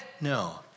No